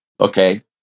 Okay